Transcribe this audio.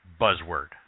buzzword